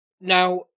Now